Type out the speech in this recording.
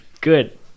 Good